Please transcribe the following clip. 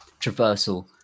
traversal